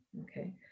okay